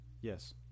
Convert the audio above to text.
Yes